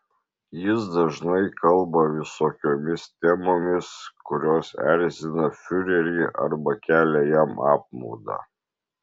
jis dažnai kalba visokiomis temomis kurios erzina fiurerį arba kelia jam apmaudą